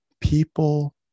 people